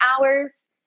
hours